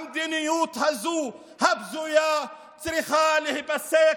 המדיניות הבזויה הזאת בנגב צריכה להיפסק,